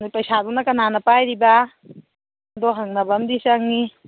ꯄꯩꯁꯥꯗꯨꯅ ꯀꯅꯥꯅ ꯄꯥꯏꯔꯤꯕ ꯑꯗꯣ ꯍꯪꯅꯕ ꯑꯃꯗꯤ ꯆꯪꯏ